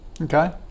Okay